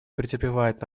претерпевает